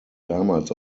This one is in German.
damals